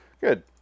Good